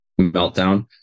meltdown